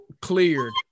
Cleared